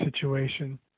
situation